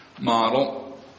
model